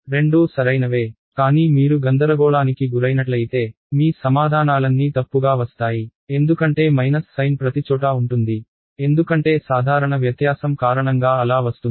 రెండూ సరైనవే కానీ మీరు గందరగోళానికి గురైనట్లయితే మీ సమాధానాలన్నీ తప్పుగా వస్తాయి ఎందుకంటే మైనస్ సైన్ ప్రతిచోటా ఉంటుంది ఎందుకంటే సాధారణ వ్యత్యాసం కారణంగా అలా వస్తుంది